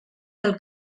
del